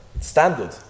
standard